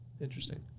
Interesting